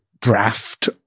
draft